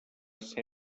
ser